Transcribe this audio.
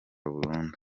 burundu